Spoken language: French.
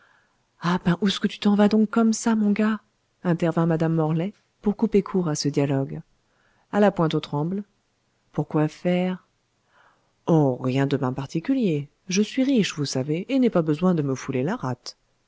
ah ben ous'que tu t'en vas donc comme ça mon gars intervint madame morlaix pour couper court à ce dialogue a la pointe aux trembles pourquoè faire oh rien de ben particulier je suis riche vous savez et n'ai pas besoin de me fouler la rate